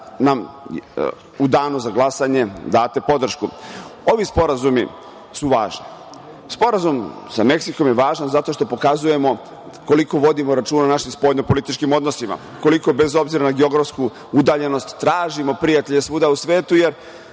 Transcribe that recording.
nam u danu za glasanje date podršku. Ovi sporazumi su važni. Sporazum sa Meksikom je važan zato što pokazujemo koliko vodimo računa o našoj spoljno-političkim odnosima, koliko, bez obzira na geografsku udaljenost tražimo prijatelje svuda u svetu, jer